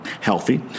Healthy